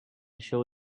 show